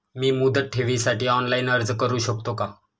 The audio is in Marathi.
मी मुदत ठेवीसाठी ऑनलाइन अर्ज करू शकतो का?